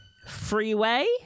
Freeway